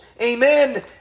Amen